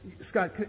Scott